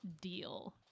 deal